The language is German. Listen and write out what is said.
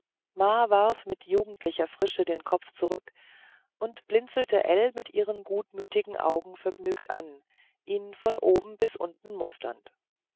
warf mit jugendlicher frische den kopf zurück und blinzelte ell mit ihren gutmütigen augen vergnügt an ihn von oben bis unten musternd